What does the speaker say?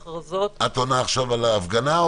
את עונה עכשיו על ההפגנה?